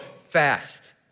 fast